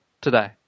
today